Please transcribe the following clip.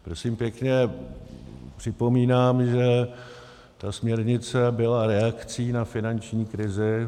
Prosím pěkně, připomínám, že ta směrnice byla reakcí na finanční krizi.